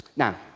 now,